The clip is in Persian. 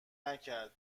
نکرد